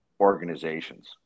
organizations